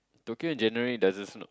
Tokyo in January doesn't snow